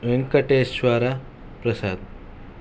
Venkateshwara Prasad